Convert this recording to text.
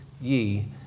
ye